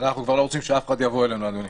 אנחנו כבר לא רוצים שאף אחד יבוא אלינו, אדוני.